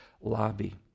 Lobby